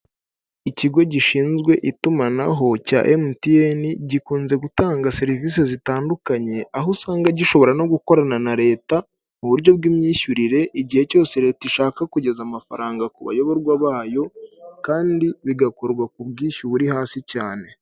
Ikigo gishinzwe itumanaho cya emutiyene gikunze gutanga serivisi zitandukanye aho usanga gishobora no gukorana na Leta, mu buryo bw'imyishyurire igihe cyose Leta ishaka kugeza amafaranga ku bayoborwa bayo kandi bigakorwa ku bwinshyu buri hasi cyane.